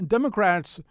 Democrats